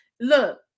look